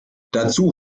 dazu